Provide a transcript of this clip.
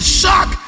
shock